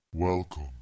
Welcome